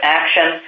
action